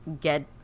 Get